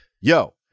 Yo